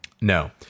No